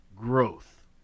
growth